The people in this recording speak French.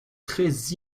très